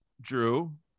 Drew